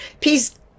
peace